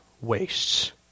wastes